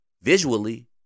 Visually